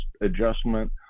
adjustment